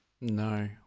No